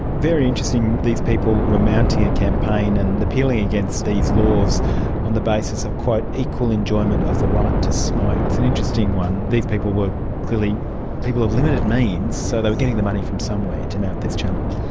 very interesting. these people were mounting a campaign and appealing against these laws on the basis of equal enjoyment of the right to smoke. it's an interesting one. these people were clearly people of limited means, so they were getting the money from somewhere to mount this challenge.